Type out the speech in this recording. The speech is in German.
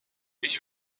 ich